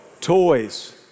Toys